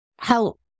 help